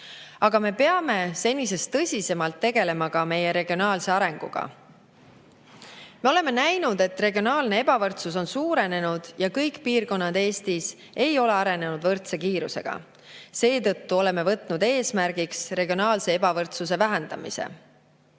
Aga me peame senisest tõsisemalt tegelema ka meie regionaalse arenguga. Me oleme näinud, et regionaalne ebavõrdsus on suurenenud ja kõik piirkonnad Eestis ei ole arenenud võrdse kiirusega. Seetõttu oleme võtnud eesmärgiks regionaalse ebavõrdsuse vähendamise.